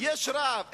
יש רעב,